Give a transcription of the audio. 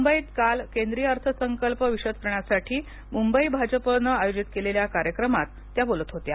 मुंबईत केंद्रीय अर्थसंकल्प विषद करण्यासाठी मुंबई भाजपने आयोजित केलेल्या कार्यक्रमात त्या बोलत होत्या